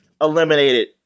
eliminated